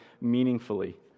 meaningfully